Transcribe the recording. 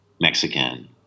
Mexican